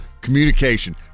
Communication